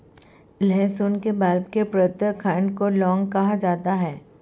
लहसुन के बल्ब के प्रत्येक खंड को लौंग कहा जाता है